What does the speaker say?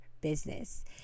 business